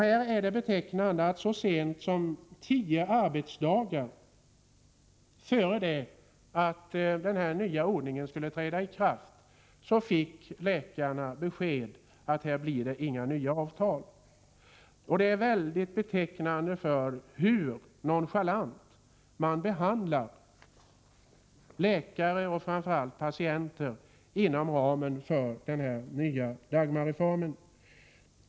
Det är betecknande att så sent som tio arbetsdagar innan den nya ordningen skulle träda i kraft fick läkarna besked om att det inte blir några nya avtal. Det visar verkligen hur nonchalant läkare och framför allt patienter behandlas inom ramen för den nya Dagmarreformen.